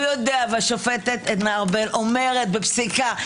והוא יודע והשופטת עדנה ארבל אומרת בפסיקה: